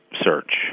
search